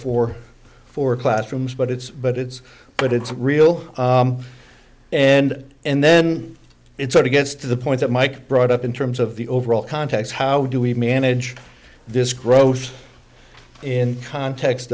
four for classrooms but it's but it's but it's real and and then it sort of gets to the point mike brought up in terms of the overall context how do we manage this growth in context